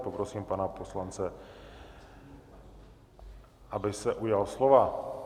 Poprosím pana poslance, aby se ujal slova.